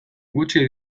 gutxi